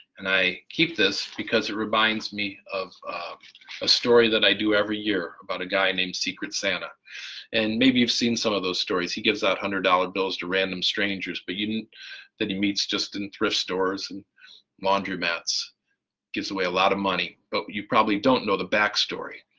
and i keep this because it reminds me of a story that i do every year about a guy named secret santa and maybe you've seen some of those stories, he gives out hundred-dollar bills to random strangers but that he meets just in thrift stores and laundromats gives away a lot of money but you probably don't know the back story.